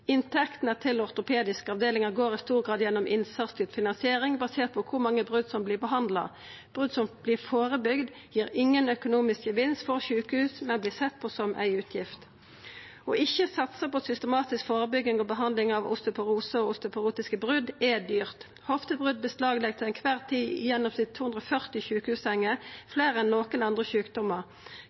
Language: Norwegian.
Inntektene til ortopediske avdelingar går i stor grad gjennom innsatsstyrt finansiering basert på kor mange brot som vert behandla. Brot som vert førebygde, gir ingen økonomisk gevinst for sjukehus, men vert sett på som ei utgift. Ikkje å satsa på systematisk førebygging og behandling av osteoporose og osteoporotiske brot er dyrt. Hoftebrot beslaglegg til kvar tid i gjennomsnitt 240 sjukehussenger, fleire enn nokon andre sjukdommar.